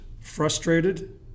frustrated